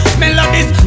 melodies